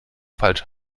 falsch